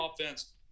offense